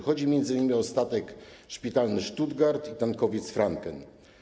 Chodzi m.in. o statek szpitalny Stuttgart i tankowiec Franken.